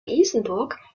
isenburg